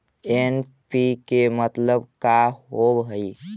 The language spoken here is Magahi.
एन.पी.के मतलब का होव हइ?